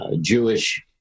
Jewish